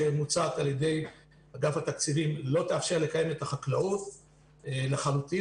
שמוצעת על-ידי אגף התקציבים לא תאפשר לקיים את החקלאות לחלוטין,